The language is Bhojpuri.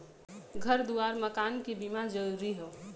घर दुआर मकान के बीमा जरूरी हौ